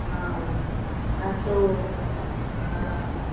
હા આતો